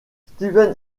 steven